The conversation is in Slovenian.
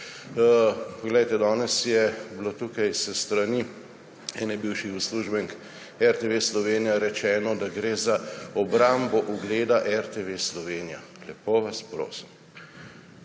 Poglejte, danes je bilo tukaj se strani ene bivših uslužbenk RTV Slovenija rečeno, da gre za obrambo ugleda RTV Slovenija. Lepo vas prosim!